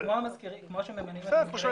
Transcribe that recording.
כמו המזכירים, כמו שממנים מזכירים.